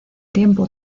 tiempo